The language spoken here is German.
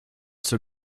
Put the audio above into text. zur